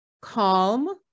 calm